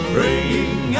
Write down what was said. Praying